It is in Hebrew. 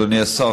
אדוני השר,